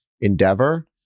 endeavor